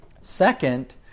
Second